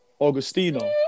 Augustino